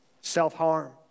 Self-harm